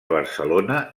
barcelona